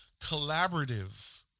Collaborative